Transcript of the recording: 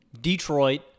Detroit